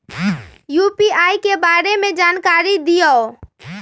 UPI के बारे में जानकारी दियौ?